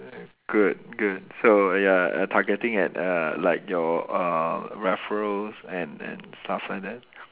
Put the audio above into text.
good good so you are targeting at uh like your uh referrals and and stuff like that